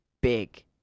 big